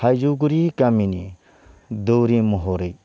थाइजौगुरि गामिनि दौरि महरै